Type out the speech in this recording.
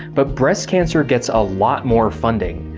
but breast cancer gets a lot more funding,